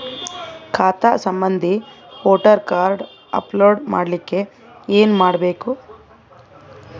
ಖಾತಾ ಸಂಬಂಧಿ voter card upload ಮಾಡಲಿಕ್ಕೆ ಏನ ಮಾಡಬೇಕು?